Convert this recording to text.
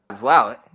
wow